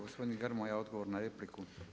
Gospodin Grmoja, odgovor na repliku.